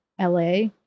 LA